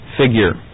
figure